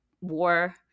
war